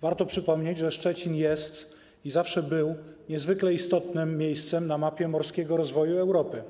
warto przypomnieć, że Szczecin jest i zawsze był niezwykle istotnym miejscem na mapie morskiego rozwoju Europy.